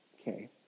Okay